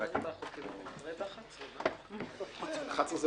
הישיבה ננעלה בשעה 10:35.